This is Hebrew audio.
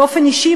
באופן אישי,